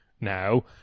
now